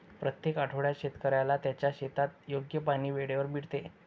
प्रत्येक आठवड्यात शेतकऱ्याला त्याच्या शेतात योग्य पाणी वेळेवर मिळते